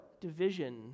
division